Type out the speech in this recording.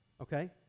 Okay